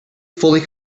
fully